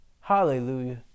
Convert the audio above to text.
Hallelujah